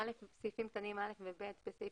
סעיפים קטנים (א) ו-(ב) בסעיף